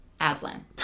aslan